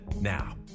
Now